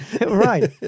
Right